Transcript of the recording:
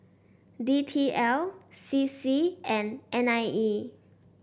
D T L C C and N I E